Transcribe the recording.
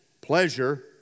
pleasure